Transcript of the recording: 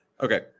Okay